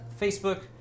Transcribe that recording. Facebook